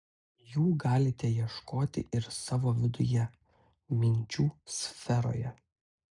jų galite ieškoti ir savo viduje minčių sferoje